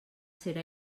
serà